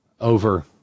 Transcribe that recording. over